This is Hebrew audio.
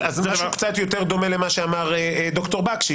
אז משהו קצת יותר דומה למה שאמר ד"ר בקשי,